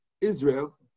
Israel